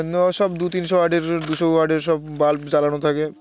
ও সব দু তিনশো ওয়াটের দুশো ওয়াটের সব বাল্ব জ্বালানো থাকে